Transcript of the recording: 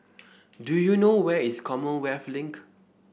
do you know where is Commonwealth Link